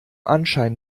anschein